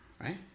right